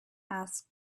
asked